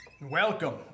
Welcome